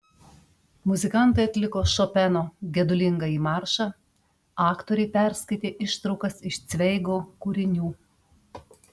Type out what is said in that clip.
muzikantai atliko šopeno gedulingąjį maršą aktoriai perskaitė ištraukas iš cveigo kūrinių